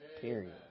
Period